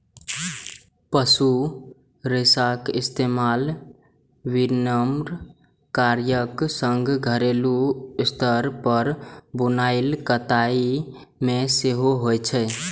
पशु रेशाक इस्तेमाल विनिर्माण कार्यक संग घरेलू स्तर पर बुनाइ कताइ मे सेहो होइ छै